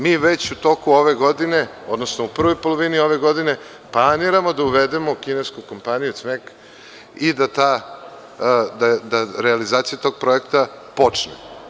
Mi već u toku ove godine, odnosno u prvoj polovini ove godine planiramo da uvedemo kinesku kompaniju i da ta realizacija tog projekta počne.